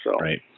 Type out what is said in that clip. Right